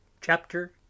Chapter